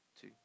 two